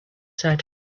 said